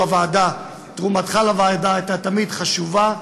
הוועדה תרומתך לוועדה הייתה תמיד חשובה,